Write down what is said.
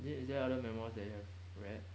is there any other memoir you have read